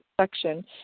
section